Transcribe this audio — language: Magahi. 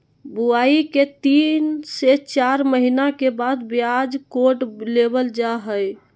बुआई के तीन से चार महीना के बाद प्याज कोड़ लेबल जा हय